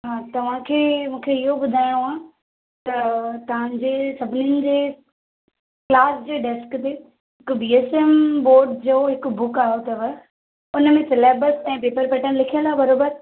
हा तव्हांखे मूंखे हीअं ॿुधाइणो आहे त तव्हांजे सभिनीनि जे क्लास जे डेस्क ते हिक वी एफ एम बोर्ड जो हिकु बुक आहियो अथव हुन में सिलेबस ऐं पेपर पैटन लिखियल आहे बराबरि